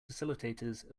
facilitators